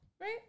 Right